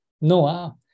Noah